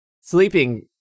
sleeping